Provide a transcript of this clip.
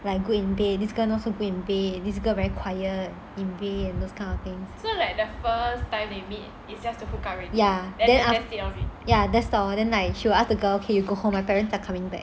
like good in bed this girl not so good in bed then this girl very quiet in bed those kind of things ya then ya he will ask the girl okay you go home my parents are coming back